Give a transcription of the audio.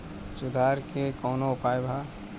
सुधार के कौनोउपाय वा?